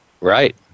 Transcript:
Right